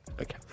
Okay